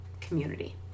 community